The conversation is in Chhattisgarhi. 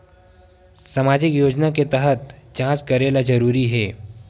सामजिक योजना तहत जांच करेला जरूरी हे